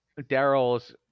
Daryl's